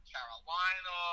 Carolina